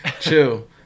chill